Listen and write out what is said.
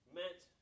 meant